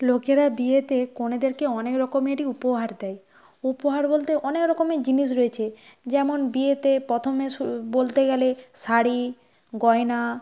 লোকেরা বিয়েতে কনেদেরকে অনেক রকমেরই উপহার দেয় উপহার বলতে অনেক রকমের জিনিস রয়েছে যেমন বিয়েতে প্রথমে বলতে গেলে শাড়ি গয়না